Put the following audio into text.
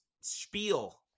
spiel